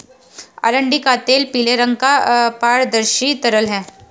अरंडी का तेल पीले रंग का पारदर्शी तरल है